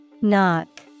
Knock